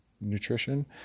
nutrition